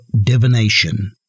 divination